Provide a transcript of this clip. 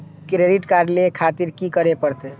Credit card ले खातिर की करें परतें?